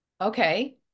okay